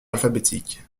alphabétique